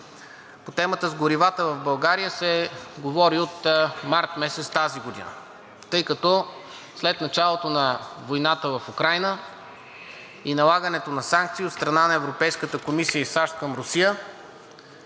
По темата с горивата в България се говори от март месец тази година, тъй като след началото на войната в Украйна и налагането на санкции от страна на Европейската комисия и САЩ към Русия